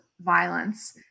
violence